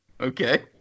okay